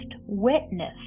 witness